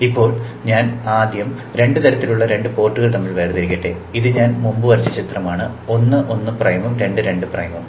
ഇപ്പോൾ ആദ്യം ഞാൻ രണ്ട് തരത്തിലുള്ള രണ്ട് പോർട്ടുകൾ തമ്മിൽ വേർതിരിക്കട്ടെ ഇത് ഞാൻ മുമ്പ് വരച്ച ചിത്രമാണ് 1 1' ഉം 2 2'ഉം